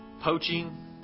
Poaching